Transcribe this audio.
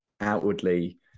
outwardly